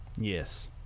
Yes